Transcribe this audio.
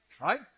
right